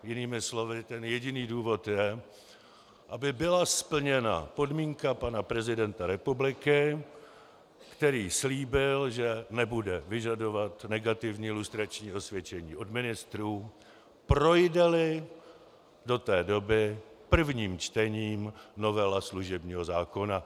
Jinými slovy, ten jediný důvod je, aby byla splněna podmínka pana prezidenta republiky, který slíbil, že nebude vyžadovat negativní lustrační osvědčení od ministrů, projdeli do té doby prvním čtením novela služebního zákona.